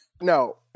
No